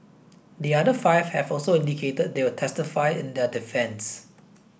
the other five have also indicated they'll testify in their defence